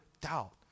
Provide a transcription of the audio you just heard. doubt